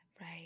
Right